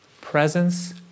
presence